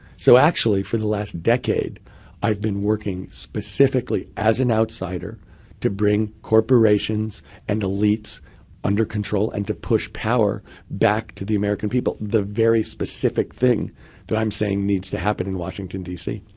so actually, for the last decade i've been working specifically as an outsider to bring corporations and elites under control and to push power back to the american people. the very specific thing that i'm saying needs to happen in washington dc.